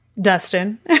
Dustin